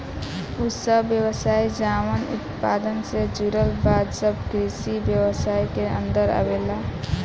उ सब व्यवसाय जवन उत्पादन से जुड़ल बा सब कृषि व्यवसाय के अन्दर आवेलला